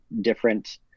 different